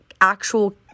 actual